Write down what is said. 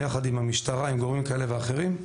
ביחד עם המשטרה ועם גורמים כאלה ואחרים.